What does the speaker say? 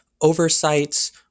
oversights